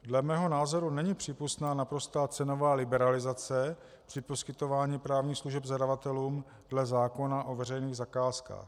Dle mého názoru není přípustná naprostá cenová liberalizace při poskytování právních služeb zadavatelům dle zákona o veřejných zakázkách.